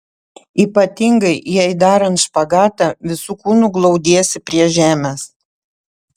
ypatingai jei darant špagatą visu kūnu glaudiesi prie žemės